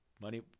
Money